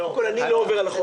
אני לא עובר על החוק.